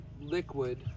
liquid